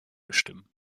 bestimmen